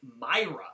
myra